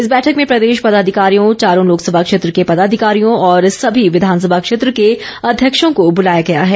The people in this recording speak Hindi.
इस बैठक में प्रदेश पदाधिकारियों चारों लोकसभा क्षेत्र के पदाधिकारियों और सभी विधानसभा क्षेत्र के अध्यक्षों को बुलाया गया है